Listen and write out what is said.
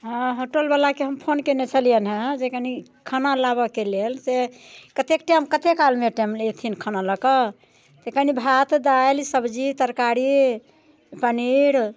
हँ होटल बलाके हम फोन कयने छलिअनि हँ जे कनि खाना लाबऽके लेल से कतेक टाइम कतेक कालमे टाइम अयथिन खाना लऽ कऽ जे कनि भात दालि सब्जी तरकारी पनीर